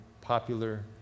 popular